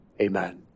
Amen